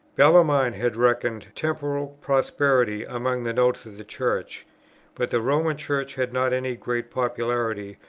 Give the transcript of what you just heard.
bellarmine had reckoned temporal prosperity among the notes of the church but the roman church had not any great popularity,